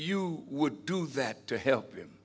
you would do that to help him